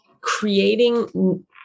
creating